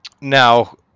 Now